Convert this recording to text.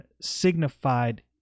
signified